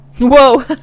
Whoa